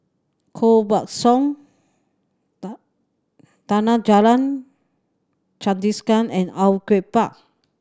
Koh Buck Song Chandrasekaran and Au Yue Pak